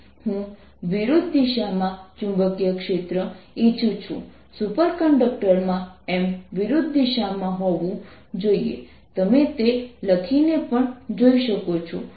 તેથી ગોસના નિયમ Gausss law મુજબ અમે લખી શકીએ છીએ